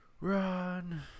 Run